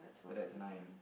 so that's nine